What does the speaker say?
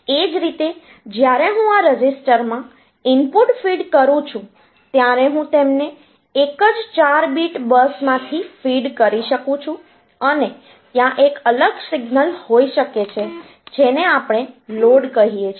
એ જ રીતે જ્યારે હું આ રજિસ્ટરમાં ઇનપુટ ફીડ કરું છું ત્યારે હું તેમને એક જ 4 બીટ બસમાંથી ફીડ કરી શકું છું અને ત્યાં એક અલગ સિગ્નલ હોઈ શકે છે જેને આપણે લોડ કહીએ છીએ